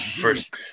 first